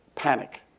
panic